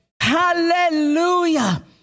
Hallelujah